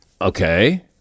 Okay